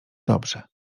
dobrze